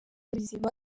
bizima